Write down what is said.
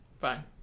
Fine